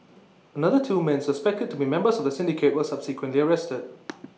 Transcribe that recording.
another two men suspected to be members of the syndicate were subsequently arrested